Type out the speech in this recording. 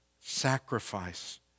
sacrifice